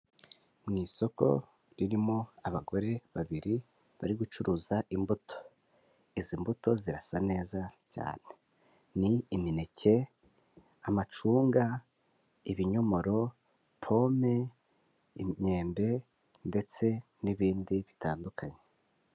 Mu isoko ririmo abagore babiri bari gucuruza imbuto; izi mbuto zirasa neza cyane. Ni imineke, amacunga, ibinyomoro, pome, imyembe, ndetse n'ibindi bitandukanye.